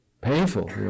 painful